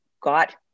got